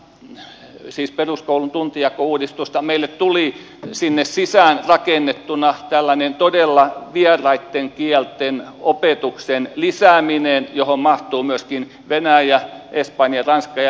niin osana peruskoulun tuntijakouudistusta meille tuli sinne sisäänrakennettuna todella tällainen vieraitten kielten opetuksen lisääminen johon mahtuu myöskin venäjä espanja ranska ja niin edelleen